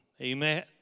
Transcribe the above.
amen